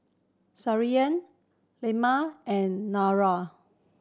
Leman and Nurul